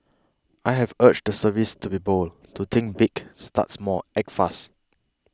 I have urged the service to be bold to think big start small act fast